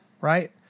right